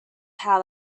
how